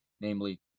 namely